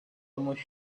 almost